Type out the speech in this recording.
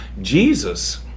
Jesus